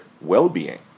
well-being